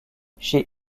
chez